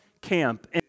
camp